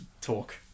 talk